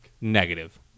Negative